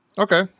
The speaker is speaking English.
Okay